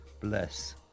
Bless